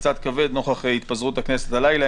זה קצת כבד נוכח התפזרות הכנסת הלילה,